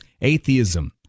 atheism